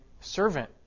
servant